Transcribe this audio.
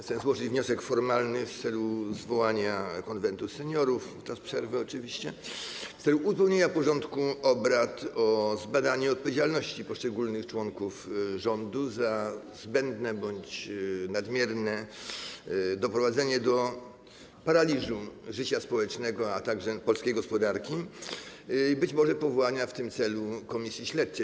Chcę złożyć wniosek formalny w celu zwołania Konwentu Seniorów, w czasie przerwy oczywiście, w celu uzupełnienia porządku obrad o wniosek o zbadanie odpowiedzialności poszczególnych członków rządu za zbędne bądź nadmierne doprowadzenie do paraliżu życia społecznego, a także polskiej gospodarki, i być może powołania w tym celu komisji śledczej.